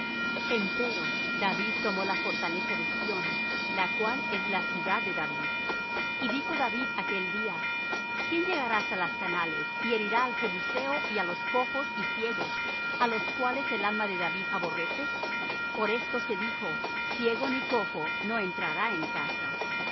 david empero david tomó la fortaleza de sión la cual es la ciudad de david y dijo david aquel día quién llegará hasta las canales y herirá al jebuseo y á los cojos y ciegos á los cuales el alma de david aborrece por esto se dijo ciego ni cojo no entrará en casa